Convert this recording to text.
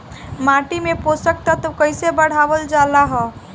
माटी में पोषक तत्व कईसे बढ़ावल जाला ह?